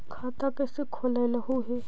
खाता कैसे खोलैलहू हे?